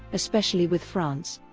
especially with france.